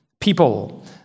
people